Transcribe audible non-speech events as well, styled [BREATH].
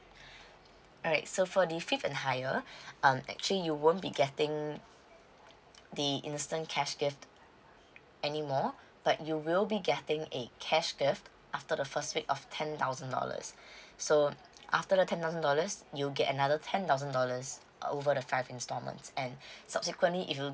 [BREATH] alright so for the fifth and higher [BREATH] um actually you won't be getting the instant cash gift anymore but you will be getting a cash gift after the first week of ten thousand dollars [BREATH] so after the ten thousand dollars you'll get another ten thousand dollars uh over the five instalments and [BREATH] subsequently if you